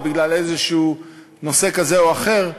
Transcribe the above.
או בגלל איזה נושא כזה או אחר,